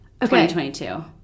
2022